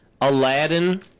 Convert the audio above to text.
Aladdin